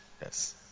yes